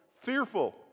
fearful